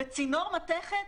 בצינור מתכת?